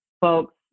folks